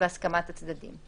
בהסכמת הצדדים.